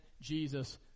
Jesus